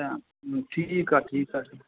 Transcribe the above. अच्छा ठीकु आहे ठीकु आहे